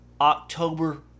October